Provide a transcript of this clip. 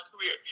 career